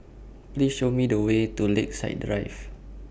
Please Show Me The Way to Lakeside Drive